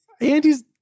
Andy's